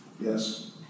Yes